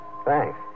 Thanks